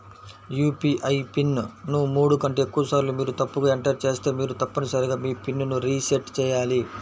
UPI pin ను మూడు కంటే ఎక్కువసార్లు మీరు తప్పుగా ఎంటర్ చేస్తే మీరు తప్పనిసరిగా మీ పిన్ ను రీసెట్ చేయాలి